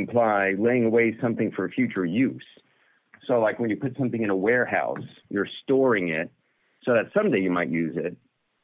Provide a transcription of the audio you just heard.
imply laying away something for future use so like when you put something in a warehouse you're storing it so that someday you might use it